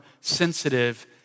sensitive